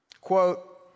Quote